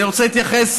ואני רוצה להתייחס,